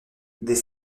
des